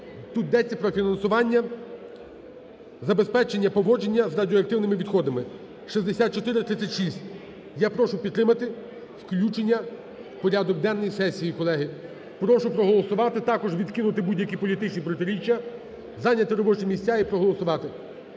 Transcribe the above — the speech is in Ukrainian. тут йдеться про фінансування забезпечення поводження з радіоактивними відходами (6436). Я прошу підтримати включення в порядок денний сесії, колеги. Прошу проголосувати, також відкинути будь-які політичні протиріччя, зайняти робочі місця і проголосувати.